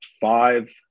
five